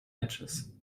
edges